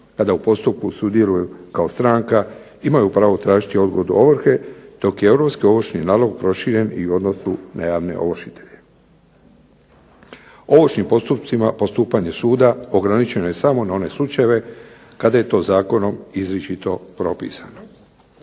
kada u postupku sudjeluju kao stranka imaju pravo tražiti odgodu ovrhe, dok je europski ovršni nalog proširena u odnosu na javne ovršitelje. Ovršnim postupcima postupanje suda ograničeno je samo na one slučajeve kada je to zakonom izričito propisano.